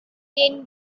then